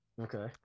Okay